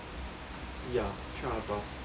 ya three hundred plus